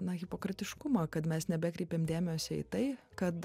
na hipokritiškumą kad mes nebekreipiam dėmesio į tai kad